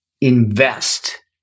invest